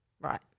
Right